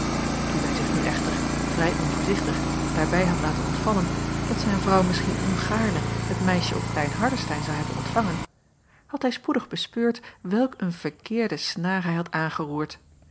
toen hij zich nu echter vrij onvoorzichtig daarbij had laten ontvallen dat zijn vrouw misschien ongaarne het meisje op klein hardestein zou hebben ontvangen had hij spoedig bespeurd welk een verkeerde snaar hij had aangeroerd